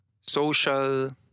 social